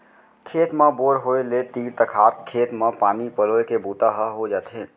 खेत म बोर होय ले तीर तखार के खेत म पानी पलोए के बूता ह हो जाथे